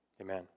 amen